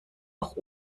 auch